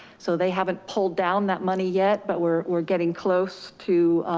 so they haven't pulled down that money yet, but we're we're getting close to